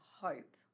hope